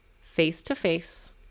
face-to-face